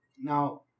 Now